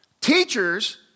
Teachers